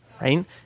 right